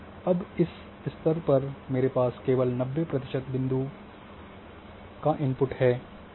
अब इस स्तर पर मेरे पास केवल 90 प्रतिशत बिंदुओं का इनपुट है